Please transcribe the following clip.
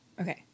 Okay